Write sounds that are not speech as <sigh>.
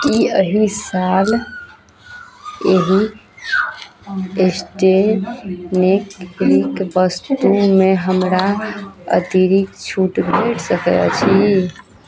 की एहि साल एहि स्टे <unintelligible> वस्तुमे हमरा अतिरिक्त छूट भेट सकैत अछि